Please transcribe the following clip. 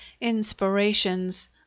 inspirations